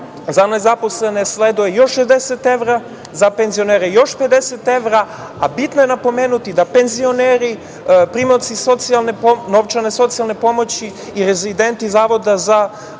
za nezaposlene sleduje još 60 evra, za penzionere još 50 evra, a bitno je napomenuti da penzioneri, primaoci novčane socijalne pomoći i rezidenti Zavoda za izvršenje